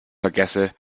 vergesse